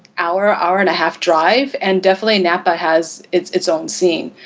hour, hour and a half drive and definitely napa has its its own scene.